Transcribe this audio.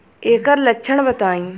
ऐकर लक्षण बताई?